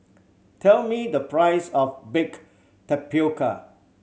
tell me the price of baked tapioca